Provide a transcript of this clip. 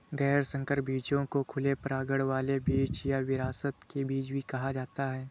गैर संकर बीजों को खुले परागण वाले बीज या विरासत के बीज भी कहा जाता है